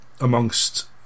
amongst